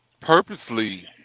purposely